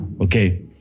Okay